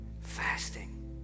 fasting